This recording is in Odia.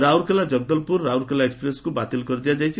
ରାଉରକେଲା ଜଗଦଲପୁର ରାଉରକେଲା ଏକ୍ପ୍ରେସ୍କୁ ବାତିଲ କରିଦିଆଯାଇଛି